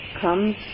comes